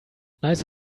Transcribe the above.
nice